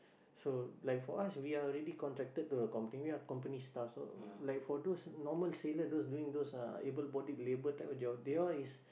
so like for us we are already contracted to the company we are company staff so like for those normal sailor those doing those uh able bodied labour type of job they all is